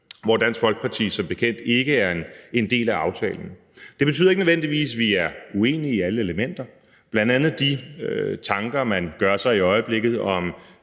som Dansk Folkeparti som bekendt ikke er en del af. Det betyder ikke nødvendigvis, at vi er uenige i alle elementer. Bl.a. de tanker, man gør sig i øjeblikket, om